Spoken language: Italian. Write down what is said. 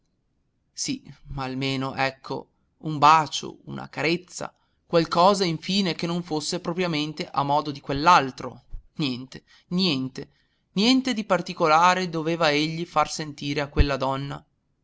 sì ma almeno ecco un bacio una carezza qualcosa infine che non fosse propriamente a modo di quell'altro niente niente niente di particolare doveva egli far sentire a quella donna